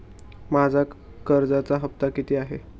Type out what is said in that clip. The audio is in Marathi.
माझा कर्जाचा हफ्ता किती आहे?